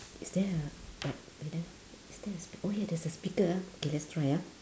is there a a is there a speak~ oh yeah there's a speaker ah okay let's try ah